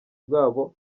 bwabo